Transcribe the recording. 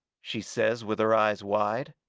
she says, with her eyes wide,